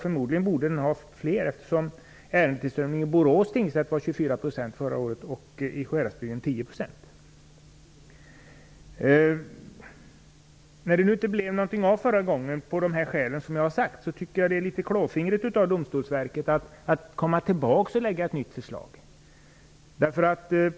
Förmodligen borde den ha fler, eftersom ärendetillströmningen vid Borås tingsrätt förra året var 24 % och vid Sjuhäradsbygdens tingsrätt 10 %. När det nu av de skäl som jag har uppgivit inte blev något av förra gången tycker jag att det är litet klåfingrigt av Domstolsverket att komma tillbaks och lägga fram ett nytt förslag.